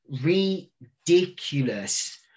ridiculous